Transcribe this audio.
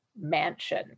mansion